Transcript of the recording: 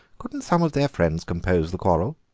couldn't some of their friends compose the quarrel?